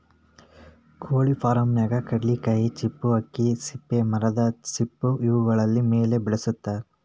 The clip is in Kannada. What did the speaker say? ಕೊಳಿ ಫಾರ್ಮನ್ಯಾಗ ಕಡ್ಲಿಕಾಯಿ ಚಿಪ್ಪು ಅಕ್ಕಿ ಸಿಪ್ಪಿ ಮರದ ಸಿಪ್ಪಿ ಇವುಗಳ ಮೇಲೆ ಬೆಳಸತಾರ